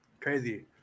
crazy